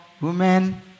women